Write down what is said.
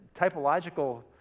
typological